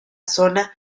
zona